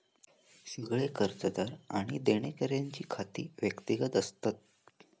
सगळे कर्जदार आणि देणेकऱ्यांची खाती व्यक्तिगत असतत